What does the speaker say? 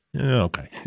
Okay